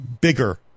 bigger